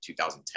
2010